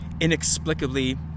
inexplicably